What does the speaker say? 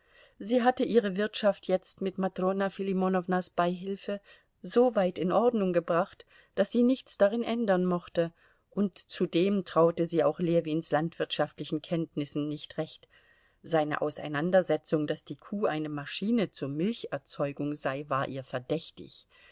sie hatte ihre wirtschaft jetzt mit matrona filimonownas beihilfe so weit in ordnung gebracht daß sie nichts darin ändern mochte und zudem traute sie auch ljewins landwirtschaftlichen kenntnissen nicht recht seine auseinandersetzung daß die kuh eine maschine zur milcherzeugung sei war ihr verdächtig